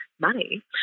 money